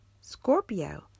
Scorpio